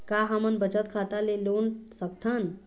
का हमन बचत खाता ले लोन सकथन?